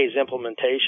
implementation